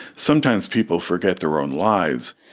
sometimes people forget their own lies.